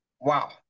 Wow